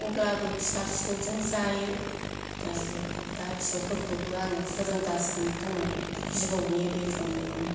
अब्लाबो फिसा फिसौजों जायो रायजोखौ दा फिसौफोरखौबो आङो फोरोंगासिनो दङ बिबौनि बेथनजोंनो